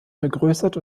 vergrößert